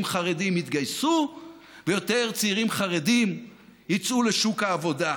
חרדים יתגייסו ויותר צעירים חרדים יצאו לשוק העבודה.